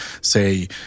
say